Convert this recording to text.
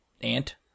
aunt